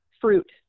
fruit